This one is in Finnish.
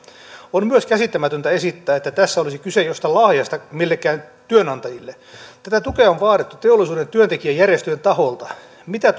on myös käsittämätöntä esittää että tässä olisi kyse jostain lahjasta millekään työnantajille tätä tukea on vaadittu teollisuuden työntekijäjärjestöjen taholta mitä